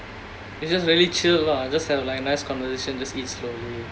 it's just really chill lah just have a like nice conversation just eat slowly